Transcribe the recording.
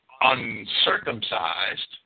uncircumcised